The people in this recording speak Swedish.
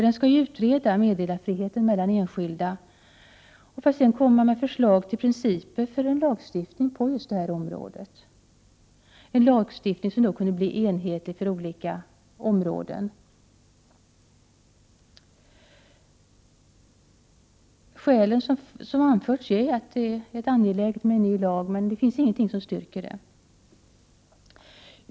Den skall ju utreda meddelarfriheten mellan enskilda, för att sedan komma med förslag till principer för en lagstiftning på just detta område, en lagstiftning som kunde bli enhetlig för olika områden. Skälen som anförs för detta förslag är att det är angeläget med en ny lag, men det finns ingenting som styrker det.